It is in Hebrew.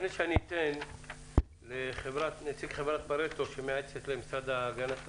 לפני שאני אתן לנציג חברת פארטו שמייעצת למשרד להגנת הסביבה,